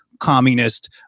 communist